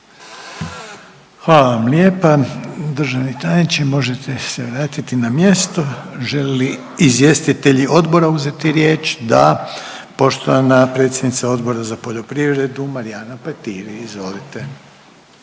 Hvala vam lijepa državni tajniče. Možete se vratiti na mjesto. Želi li izvjestitelji odbora uzeti riječ? Da. Poštovana predsjednica Odbora za poljoprivredu Marijana Petir, izvolite.